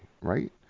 Right